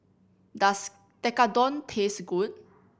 does Tekkadon taste good